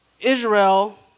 Israel